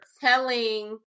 telling